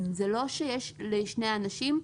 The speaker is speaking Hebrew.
זה לא שיש לשני אנשים.